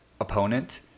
opponent